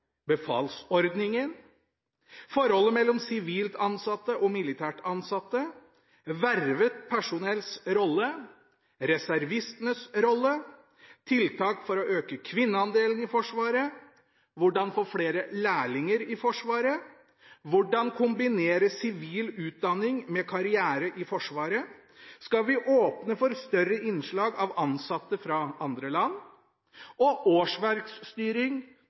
Befalsordningen Forholdet mellom sivilt ansatte og militært ansatte Vervet personells rolle Reservistenes rolle Tiltak for å øke kvinneandelen i Forsvaret Hvordan få flere lærlinger i Forsvaret? Hvordan kombinere sivil utdanning med en karriere i Forsvaret? Skal vi åpne for større innslag av ansatte fra andre land? Årsverksstyring